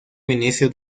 ministro